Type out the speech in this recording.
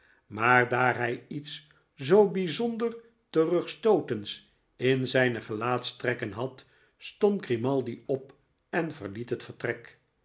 maar daar hij iets zoo bizonder terugstootends in zijne gelaatstrekken had stond grimaldi op en verliet het vertrek